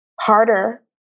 harder